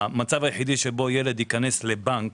המצב היחידי שבו ילד ייכנס לבנק,